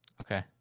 Okay